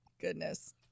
Goodness